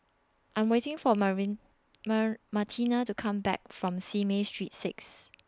I'm waiting For Marin Mar Martina to Come Back from Simei Street six